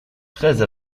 treize